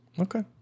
Okay